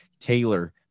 Taylor